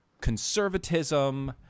conservatism